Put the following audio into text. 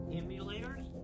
emulators